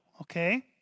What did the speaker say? okay